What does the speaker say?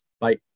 Bye